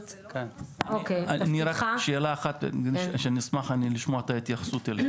רק שאלה אחת שאני אשמח לשמוע את ההתייחסות אליה.